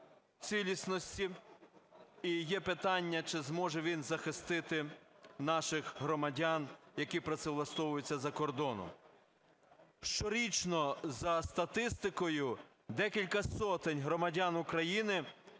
цілісності, і є питання, чи зможе він захистити наших громадян, які працевлаштовуються за кордоном. Щорічно за статистикою декілька сотень громадян України